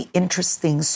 interesting